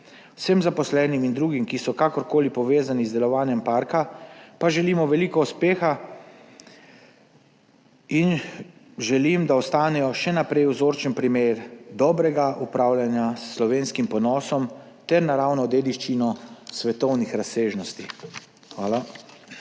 Vsem zaposlenim in drugim, ki so kakorkoli povezani z delovanjem parka, pa želimo veliko uspeha in da ostanejo še naprej vzorčen primer dobrega upravljanja s slovenskim ponosom ter naravno dediščino svetovnih razsežnosti. Hvala.